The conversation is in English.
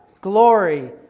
glory